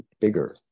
bigger